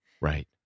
Right